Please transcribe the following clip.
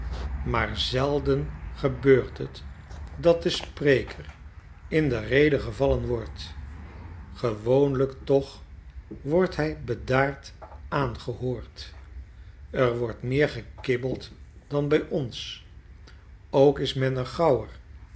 maar zelden gebeurt het dat de spreker in de rede gevallen wordt gewoonlijk toch wordt hy bedaard aangehoord er wordt meer gekibbeld dan by ons ook is